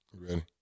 Ready